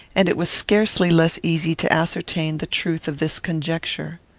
and it was scarcely less easy to ascertain the truth of this conjecture.